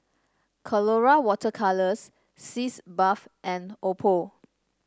Colora Water Colours Sitz Bath and Oppo